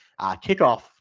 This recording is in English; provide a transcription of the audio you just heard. kickoff